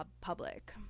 public